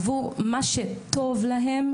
עבור מה שטוב להם,